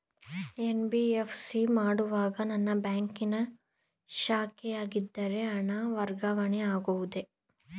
NBFC ಮಾಡುವಾಗ ನನ್ನ ಬ್ಯಾಂಕಿನ ಶಾಖೆಯಾಗಿದ್ದರೆ ಹಣ ವರ್ಗಾವಣೆ ಆಗುವುದೇ?